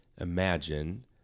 imagine